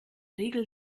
regel